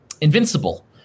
invincible